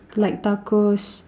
like tacos